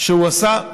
שהוא עשה,